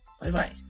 Bye-bye